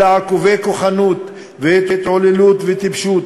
אלא עקובי כוחנות והתהוללות וטיפשות,